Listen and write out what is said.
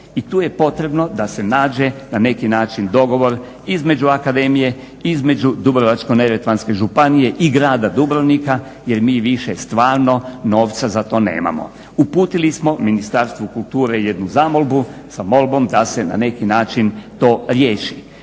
i tu je potrebno da se nađe na neki način dogovor između akademije i između Dubrovačko-neretvanske županije i Grada Dubrovnika jer mi više stvarno novca za to nemamo. Uputili smo Ministarstvu kulture jednu zamolbu sa molbom da se na neki način to riješi.